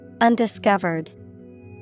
Undiscovered